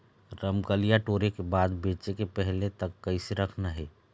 रमकलिया टोरे के बाद बेंचे के पहले तक कइसे रखना हे?